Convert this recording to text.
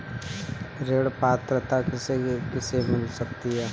ऋण पात्रता किसे किसे मिल सकती है?